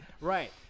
right